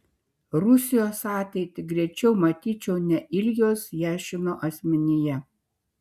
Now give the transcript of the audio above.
rusijos ateitį greičiau matyčiau ne iljos jašino asmenyje